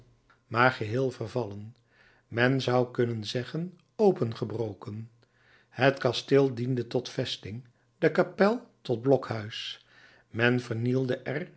maar geheel vervallen men zou kunnen zeggen opengebroken het kasteel diende tot vesting de kapel tot blokhuis men vernielde